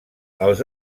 els